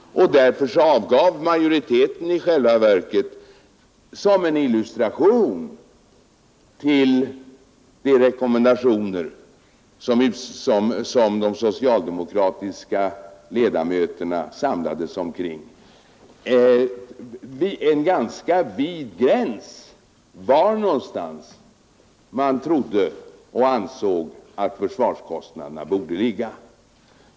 Som en illustration till de rekommendationer som de socialdemokratiska ledamöterna samlades kring angav vi en ganska vid ram inom vilken vi trodde och ansåg att försvarskostnaderna borde ligga.